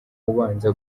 ubanza